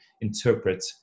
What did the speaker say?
interpret